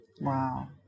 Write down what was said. Wow